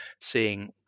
seeing